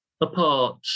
apart